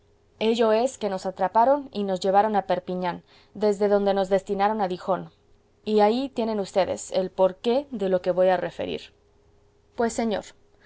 ello es que nos atraparon y nos llevaron a perpiñán desde donde nos destinaron a dijon y ahí tienen vds el por qué de lo que voy a pues señor